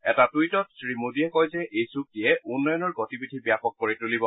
এটা টুইটত শ্ৰীমোডীয়ে কয় যে এই চুক্তিয়ে উন্নয়নৰ গতিবিধি ব্যাপক কৰি তুলিব